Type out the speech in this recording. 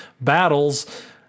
battles